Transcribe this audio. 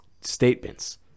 statements